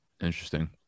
interesting